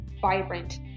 vibrant